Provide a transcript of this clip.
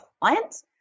clients